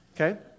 okay